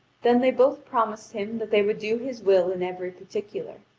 then they both promised him that they would do his will in every particular.